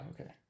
okay